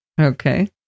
Okay